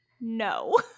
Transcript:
no